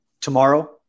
tomorrow